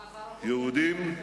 יהודים,